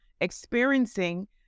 experiencing